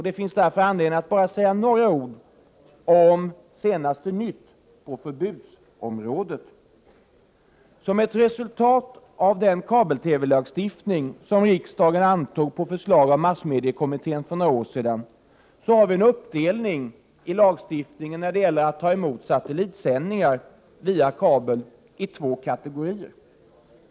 Det finns därför anledning att säga några ord om senaste nytt på förbudsområdet. Som ett resultat av den kabel-TV-lagstiftning som riksdagen antog på förslag av massmediekommittén för några år sedan görs det en uppdelning i lagstiftningen när det gäller att ta emot satellitsändningar via kabel i två kategorier.